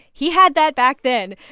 he had that back then.